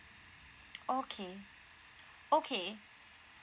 okay okay